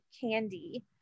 candy